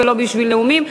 ולא בשביל נאומים.